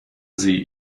sie